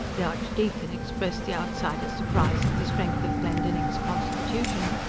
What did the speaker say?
the archdeacon expressed the outsider's surprise at the strength of glendinning's constitution,